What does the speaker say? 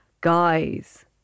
Guys